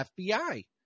FBI